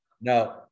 No